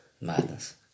Madness